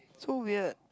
so weird